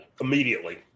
Immediately